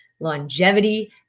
longevity